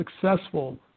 successful